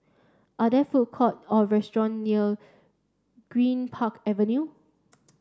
are there food court or restaurant near Greenpark Avenue